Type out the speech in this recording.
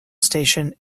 station